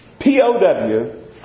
P-O-W